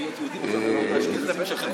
היושב-ראש, אפשר להפוך.